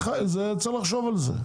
צריך לחשוב על זה.